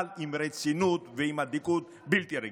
אבל עם רצינות ועם אדיקות בלתי רגילה.